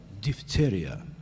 diphtheria